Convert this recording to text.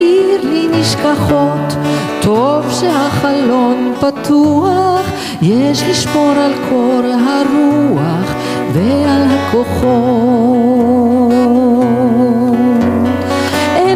העיר בי נשכחות, טוב שהחלון פתוח, יש לשמור על קור הרוח ועל הכוחות.